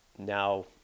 now